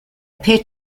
appear